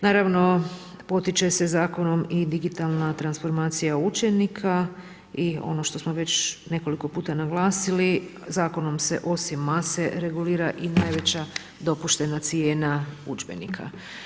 Naravno potiče se zakonom i digitalna transformacija učenika i ono što smo već nekoliko puta naglasili zakonom se osim mase regulira i najveća dopuštena cijena udžbenika.